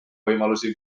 võimalusi